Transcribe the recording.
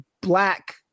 black